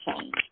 change